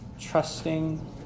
Trusting